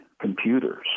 computers